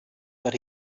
but